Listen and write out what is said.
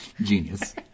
Genius